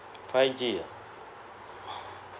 five G ah !wah!